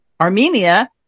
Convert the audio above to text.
Armenia